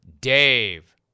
Dave